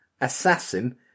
Assassin